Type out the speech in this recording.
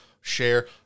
share